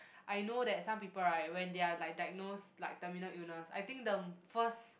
I know that some people right when they are like they knows like terminal illness I think them first